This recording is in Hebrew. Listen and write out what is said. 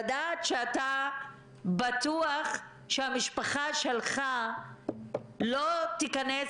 לדעת שאתה בטוח שהמשפחה שלך לא תיכנס